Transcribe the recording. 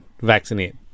vaccinate